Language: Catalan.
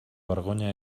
vergonya